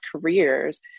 careers